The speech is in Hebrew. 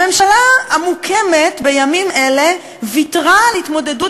הממשלה המוקמת בימים אלה ויתרה על התמודדות